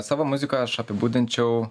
savo muziką aš apibūdinčiau